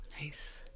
nice